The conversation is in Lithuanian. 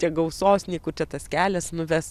čia gausos nei kur čia tas kelias nuves